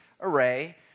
array